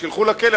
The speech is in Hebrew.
שילכו לכלא.